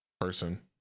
person